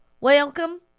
Welcome